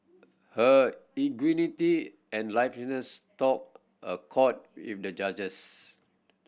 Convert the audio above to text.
her ingenuity and liveliness struck a chord with the judges